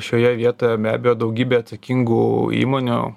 šioje vietoje be abejo daugybė atsakingų įmonių